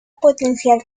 potencia